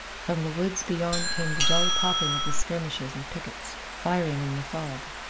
from the woods beyond came the dull popping of the skirmishers and pickets, firing in the fog.